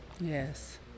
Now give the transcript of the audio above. Yes